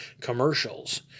commercials